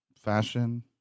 fashion